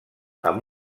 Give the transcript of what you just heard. amb